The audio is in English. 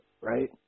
right